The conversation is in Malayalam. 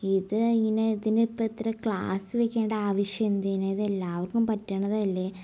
ഇത് ഇങ്ങനെ ഇതിനെ ഇപ്പിത്ര ക്ലാസ് വെക്കേണ്ട ആവശ്യം എന്തിന് ഇതെല്ലാവർക്കും പറ്റണതല്ലേ